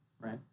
right